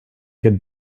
could